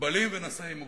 מוגבלים ונשאי מוגבלות.